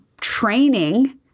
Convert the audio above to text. training